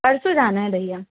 परसों जाना है भैया